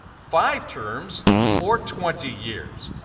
five terms or twenty years.